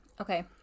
Okay